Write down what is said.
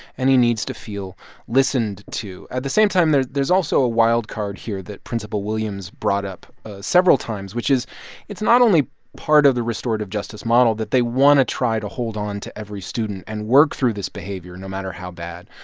and he needs to feel listened to. at the same time, there's there's also a wildcard here that principal williams brought up several times, which is it's not only part of the restorative justice model that they want to try to hold on to every student and work through this behavior no matter how bad.